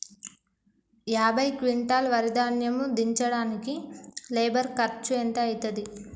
యాభై క్వింటాల్ వరి ధాన్యము దించడానికి లేబర్ ఖర్చు ఎంత అయితది?